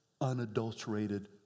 unadulterated